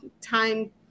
time